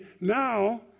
now